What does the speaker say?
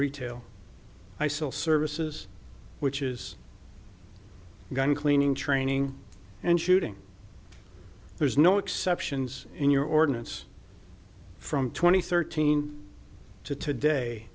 retail i sell services which is gun cleaning training and shooting there's no exceptions in your ordinance from two thousand and thirteen to today